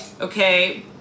okay